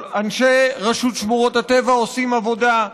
אנשי רשות שמורות הטבע עושים עבודה,